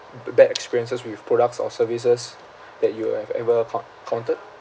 b~ bad experiences with products or services that you have ever encou~ countered